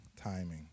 timing